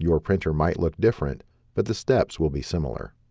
your printer might look different but the steps will be similar